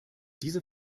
diese